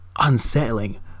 unsettling